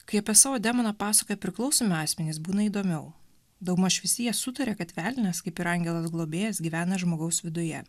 kai apie savo demoną pasakoja priklausomi asmenys būna įdomiau daugmaž visi jie sutaria kad velnias kaip ir angelas globėjas gyvena žmogaus viduje